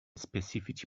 specifici